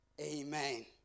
Amen